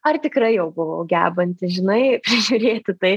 ar tikrai jau buvau gebanti žinai prižiūrėti tai